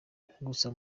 gusa